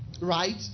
right